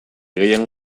gehien